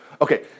Okay